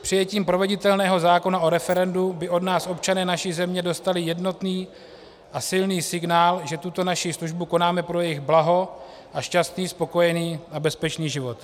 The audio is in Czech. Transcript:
Přijetím proveditelného zákona o referendu by od nás občané naší země dostali jednotný a silný signál, že tuto naši službu konáme pro jejich blaho a šťastný, spokojený a bezpečný život.